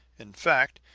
in fact,